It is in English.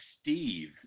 Steve